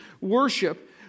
Worship